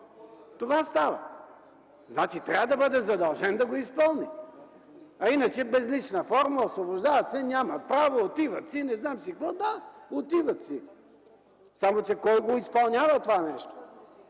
Това става. Значи трябва да бъде задължен да го изпълни. Иначе е безлична форма – освобождават се, няма право, отиват си… Да, отиват си. Само че кой го изпълнява това нещо?